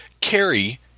carry